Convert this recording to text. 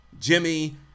jimmy